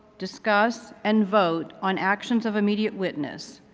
discuss, and vote on actions of immediate witness.